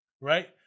right